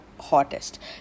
hottest